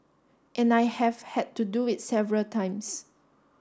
and I have had to do it several times